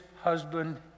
husband